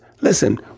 listen